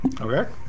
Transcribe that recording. okay